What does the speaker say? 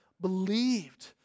believed